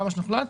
כמה שיוחלט,